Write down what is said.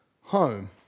Home